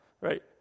right